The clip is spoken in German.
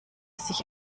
sich